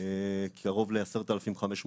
קרוב ל-10,500 תלמידים,